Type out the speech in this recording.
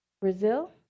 Brazil